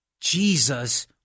Jesus